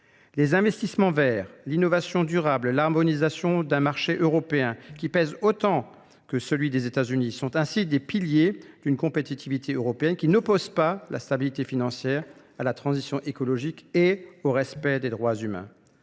Les investissements verts, l'innovation durable, l'harmonisation d'un marché européen qui pèse autant que celui des États-Unis sont ainsi des piliers d'une compétitivité européenne qui n'oppose pas la stabilité financière à la transition écologique et au respect des droits humains.